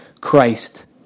Christ